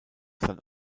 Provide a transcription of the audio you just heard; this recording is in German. san